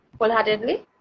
wholeheartedly